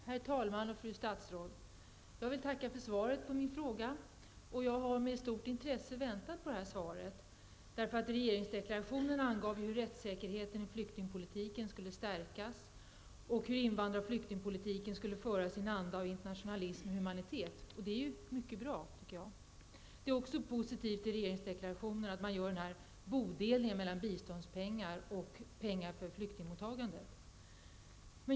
Herr talman! Fru statsråd! Jag vill tacka för svaret på min fråga. Jag har väntat på det här svaret med stort intresse, eftersom regeringsdeklarationen angav hur rättssäkerheten i flyktingpolitiken skulle stärkas och hur invandrar och flyktingpolitiken skulle föras i en anda av internationalism och humanitet. Jag tycker att det är mycket bra. Det är också positivt att man i regeringsförklaringen gör den här bodelningen mellan biståndspengar och pengar för flyktingmottagande.